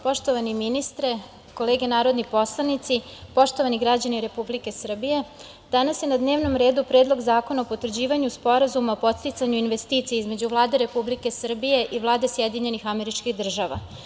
Poštovani ministre, kolege narodni poslanici, poštovani građani Republike Srbije, danas je na dnevnom redu Predlog zakona o potvrđivanju Sporazuma o podsticanju investicija između Vlade Republike Srbije i Vlade SAD.